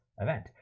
event